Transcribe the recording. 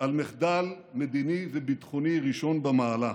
על מחדל מדיני וביטחוני ראשון במעלה.